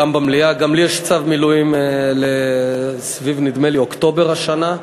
גם לי יש צו מילואים סביב, נדמה לי, אוקטובר השנה.